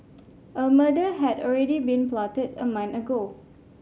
a murder had already been plotted a month ago